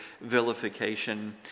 vilification